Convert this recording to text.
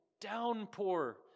downpour